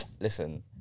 listen